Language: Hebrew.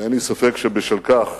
ואין לי ספק שבשל כך,